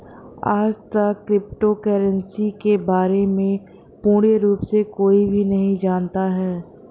आजतक crypto currency के बारे में पूर्ण रूप से कोई भी नहीं जानता है